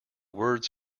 words